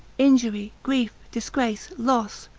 injury, grief, disgrace, loss,